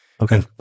Okay